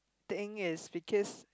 thing is because